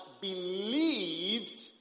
believed